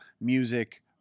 music